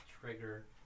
trigger